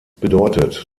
bedeutet